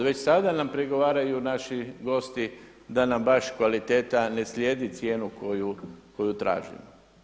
Već sada nam prigovaraju naši gosti da nam baš kvaliteta ne slijedi cijenu koju tražimo.